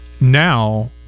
now